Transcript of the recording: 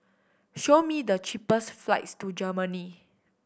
show me the cheapest flights to Germany